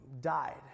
died